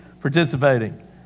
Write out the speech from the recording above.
participating